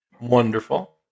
Wonderful